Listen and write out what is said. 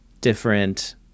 different